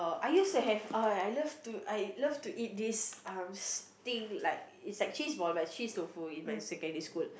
I used to have oh I love to I love to eat this um thing like is like cheese ball but is cheese tofu in my secondary school